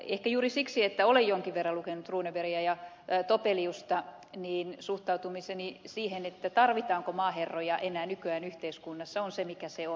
ehkä juuri siksi että olen jonkin verran lukenut runebergia ja topeliusta suhtautumiseni siihen tarvitaanko maaherroja enää nykyään yhteiskunnassa on se mikä se on